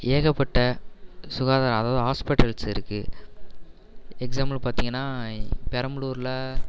ஏகப்பட்ட சுகாதார அதாவது ஹாஸ்பிட்டல்ஸ் இருக்குது எக்ஸாம்பில் பார்த்தீங்கன்னா பெரம்பலூரில்